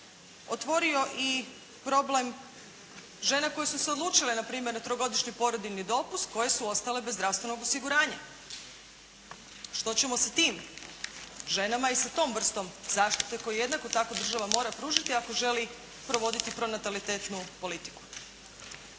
otvorio i problem žena koje su se odlučile na primjer na trogodišnji porodiljni dopust koje su ostale bez zdravstvenog osiguranja. Što ćemo sa tim ženama i sa tom vrstom zaštite koju jednako tako država mora pružiti ako želi provoditi pronatalitetnu politiku.